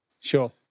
Sure